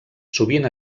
sovint